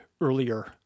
earlier